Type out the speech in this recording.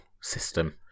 System